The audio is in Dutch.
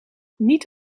niet